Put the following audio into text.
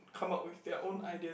come out with their own ideas